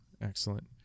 Excellent